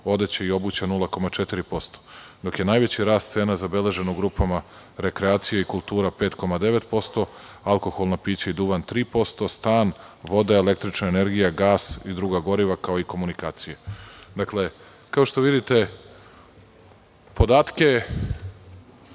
odeće i obuće 0,4%, dok je najveći rast cena zabeležen u grupama rekreacije i kultura – 5,9%, alkoholna pića i duvan 3%, stan, voda, električna energija, gas i druga goriva, kao i komunikacije. Dakle, kao što vidite, podatke,